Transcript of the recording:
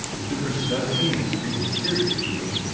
the difference does seem extremely curious to me,